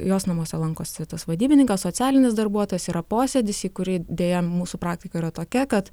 jos namuose lankosi tas vadybininkas socialinis darbuotojas yra posėdis į kurį deja mūsų praktika yra tokia kad